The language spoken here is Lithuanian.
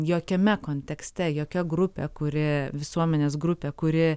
jokiame kontekste jokia grupė kuri visuomenės grupė kuri